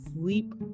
sleep